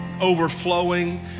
overflowing